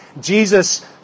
Jesus